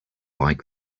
like